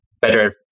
better